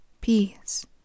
peace